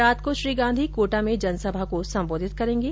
रात को श्री गांधी कोटा में जनसभा को संबोधित करेंगे